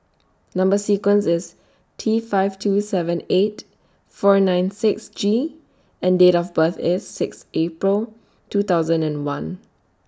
Number sequence IS T five two seven eight four nine six G and Date of birth IS six April two thousand and one